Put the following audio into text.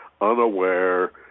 unaware